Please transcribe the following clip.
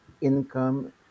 income